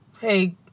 hey